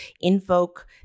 invoke